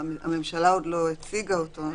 הממשלה עוד לא הציגה אותו.